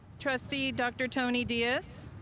trustee, dr. tony diaz.